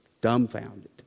dumbfounded